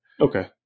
Okay